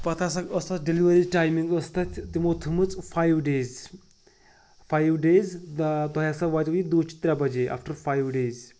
پَتہٕ ہَسا ٲس تَتھ ڈیلؤری ٹایمِنٛگ ٲس تَتھ تِمو تھٲومٕژ فایِو ڈٮ۪یِز فایِو ڈٮ۪یِز تۄہہِ ہَسا واتو یہِ دُہ چہِ ترٛےٚ بَجے آفٹَر فایِو ڈٮ۪یِز